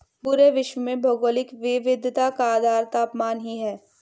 पूरे विश्व में भौगोलिक विविधता का आधार तापमान ही है